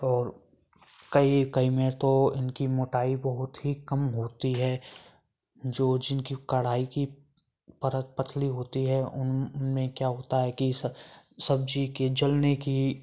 और कई कई में तो इनकी मोटाई बहुत ही कम होती है जो जिनकी कड़ाही की परत पतली होती है उन उनमें क्या होता है कि स सब्जी के जलने की